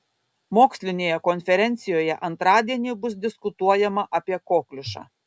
mokslinėje konferencijoje antradienį bus diskutuojama apie kokliušą